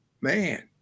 man